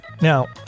Now